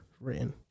written